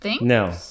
No